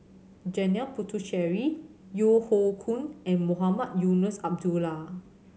Janil Puthucheary Yeo Hoe Koon and Mohamed Eunos Abdullah